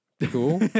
Cool